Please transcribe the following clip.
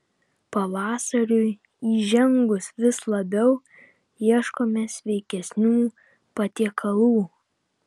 pavasariui įžengus vis labiau ieškome sveikesnių patiekalų